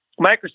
Microsoft